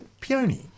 peony